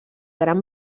gran